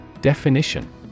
Definition